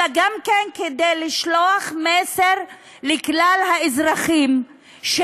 אלא גם כדי לשלוח מסר לכלל האזרחים על